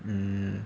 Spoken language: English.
mm